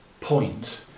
point